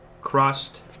crust